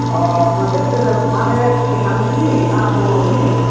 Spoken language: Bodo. अ मोनसे सोदोब मानि एसामिसनि ना बर'नि